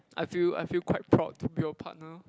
I feel I feel quite proud to be your partner